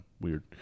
Weird